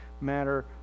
matter